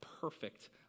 perfect